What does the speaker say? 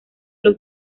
los